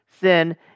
sin